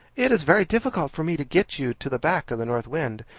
it is very difficult for me to get you to the back of the north wind,